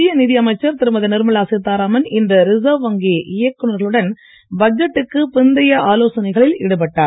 மத்திய நிதி அமைச்சர் திருமதி நிர்மலா சீதாராமன் இன்று ரிசர்வ் வங்கி இயக்குநர்களுடன் பட்ஜெட்டுக்கு பிந்தைய ஆலோசனைகளில் ஈடுபட்டார்